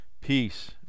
Peace